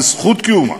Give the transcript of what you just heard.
וזכות קיומה,